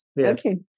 Okay